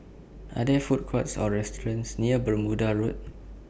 Are There Food Courts Or restaurants near Bermuda Road